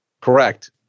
Correct